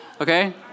okay